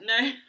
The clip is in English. no